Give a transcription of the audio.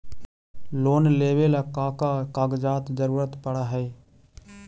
Loan लेवेला का का कागजात जरूरत पड़ हइ?